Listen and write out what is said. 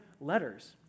letters